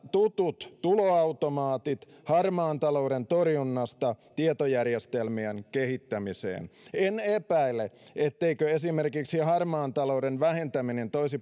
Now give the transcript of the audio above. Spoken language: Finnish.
tutut tuloautomaatit harmaan talouden torjunnasta tietojärjestelmien kehittämiseen en epäile etteikö esimerkiksi harmaan talouden vähentäminen toisi